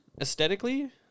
aesthetically